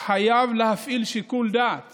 חייב להפעיל שיקול דעת